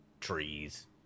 Trees